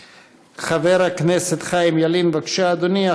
חבר הכנסת חיים ילין, בבקשה, אדוני.